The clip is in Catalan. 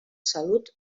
salut